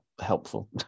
helpful